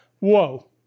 whoa